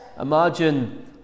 Imagine